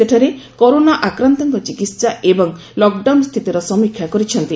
ସେଠାରେ କରୋନା ଆକ୍ରାନ୍ତଙ୍କ ଚିକିତ୍ସା ଏବଂ ଲକ୍ଡାଉନ୍ ସ୍ଥିତିର ସମୀକ୍ଷା କରିଛନ୍ତି